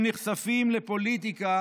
הם נחשפים לפוליטיקה